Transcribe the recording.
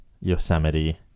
yosemite